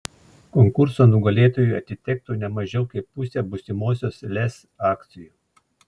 konkurso nugalėtojui atitektų ne mažiau kaip pusė būsimosios lez akcijų